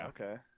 Okay